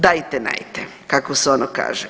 Dajte najte kako se ono kaže.